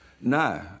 No